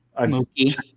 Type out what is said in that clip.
Mookie